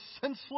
senseless